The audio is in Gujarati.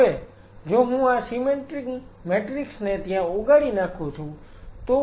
હવે જો હું આ સીમેન્ટિંગ મેટ્રિક્સ ને ત્યાં ઓગાળી નાખું છું